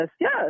yes